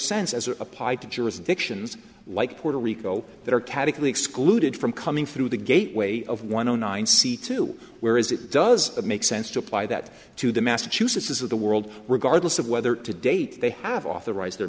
sense as applied to jurisdictions like puerto rico that are caterpillar excluded from coming through the gateway of one o nine c two where is it does it make sense to apply that to the massachusetts's of the world regardless of whether to date they have authorized their